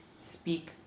speak